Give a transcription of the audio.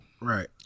Right